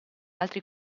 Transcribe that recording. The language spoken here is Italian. altri